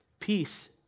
Peace